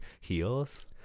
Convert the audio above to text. heels